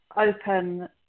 open